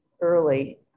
early